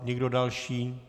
Někdo další?